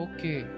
Okay